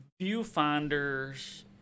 viewfinders